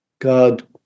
God